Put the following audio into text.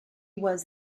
was